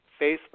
Facebook